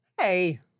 Hey